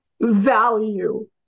value